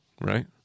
right